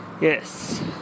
Yes